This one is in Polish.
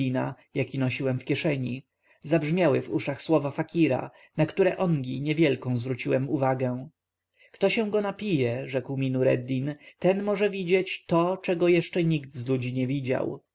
nureddina jaki nosiłem w kieszeni zabrzmiały w uszach słowa fakira na które ongi nie wielką zwróciłem uwagę kto się go napije rzekł mi nureddin ten może widzieć to czego jeszcze nikt z ludzi nie widział